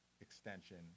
extension